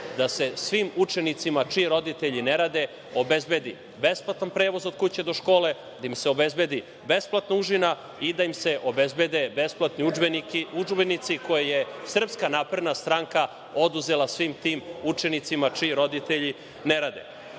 da se svim učenicima, čiji roditelji ne rade, obezbedi besplatan prevoz od kuće do škole, da im se obezbedi besplatna užina i da im se obezbede besplatni udžbenici, koje je SNS oduzela svim tim učenicima čiji roditelji ne rade. To